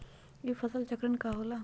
ई फसल चक्रण का होला?